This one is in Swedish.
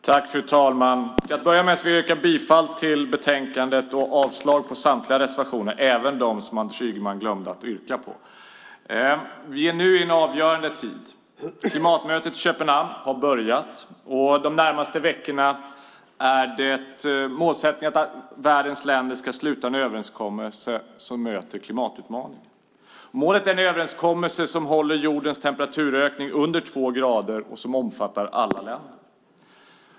Fru ålderspresident! Till att börja med yrkar jag bifall till utskottets förslag i betänkandet och avslag på samtliga reservationer, även dem som Anders Ygeman glömde att yrka på. Vi är nu i en avgörande tid. Klimatmötet i Köpenhamn har börjat. De närmaste veckorna är målsättningen att världens länder ska sluta en överenskommelse som möter klimatutmaningen. Målet är en överenskommelse som håller jordens temperaturökning under två grader och som omfattar alla länder.